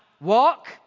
walk